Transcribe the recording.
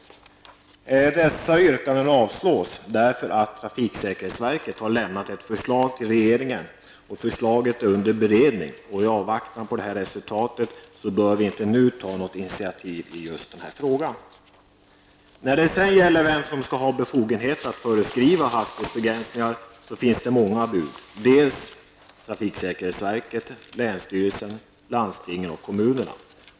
Dessa yrkanden avstyrks därför att trafiksäkerhetsverket har lämnat ett förslag till regeringen och detta är under beredning. I avvaktan på resultatet bör vi inte nu ta några initiativ i just denna fråga. När det sedan gäller vem som skall ha befogenhet att föreskriva hastighetsbegränsningar, finns det många bud: trafiksäkerhetsverket, länsstyrelserna, landstingen eller kommunerna.